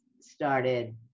started